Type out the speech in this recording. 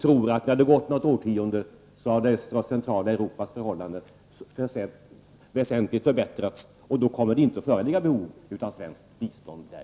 När det har gått något årtionde har, tror jag, det centrala Europas förhållanden väsentligt förbättrats, och då kommer det inte längre att föreligga behov av svenskt bistånd där.